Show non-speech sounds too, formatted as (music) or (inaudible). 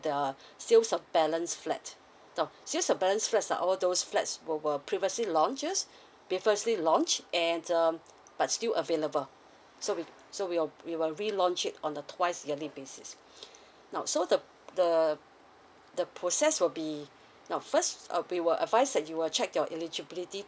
the sales of balance flat now sales of balance flats are all those flats we were previously launches previously launch and uh but still available so we so we will we will relaunch it on the twice yearly basis (breath) now so the the the process will be now first uh we will advice that you will check your eligibility